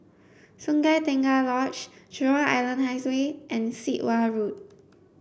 Sungei Tengah Lodge Jurong Island Highway and Sit Wah Road